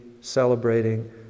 celebrating